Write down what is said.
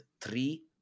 three